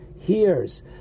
hears